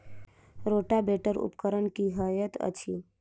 Rotavator उपकरण की हएत अछि?